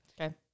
Okay